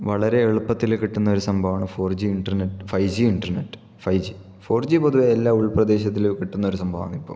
വളരെ എളുപ്പത്തിൽ കിട്ടുന്ന ഒരു സംഭവമാണ് four G internet five G internet five G four G പൊതുവേ എല്ലാ ഉൾപ്രദേശത്തിലും കിട്ടുന്ന ഒരു സംഭവമാണിപ്പോൾ